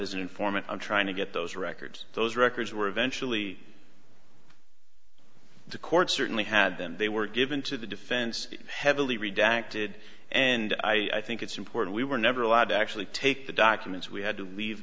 informant on trying to get those records those records were eventually the court certainly had them they were given to the defense heavily redacted and i think it's important we were never allowed to actually take the documents we had to leave